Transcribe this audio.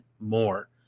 more